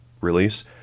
release